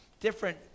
different